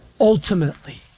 ultimately